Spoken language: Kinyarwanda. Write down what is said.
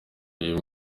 uyu